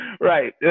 right